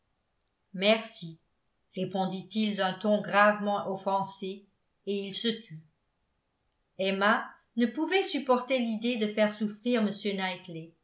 merci répondit-il d'un ton gravement offensé et il se tut emma ne pouvait supporter l'idée de faire souffrir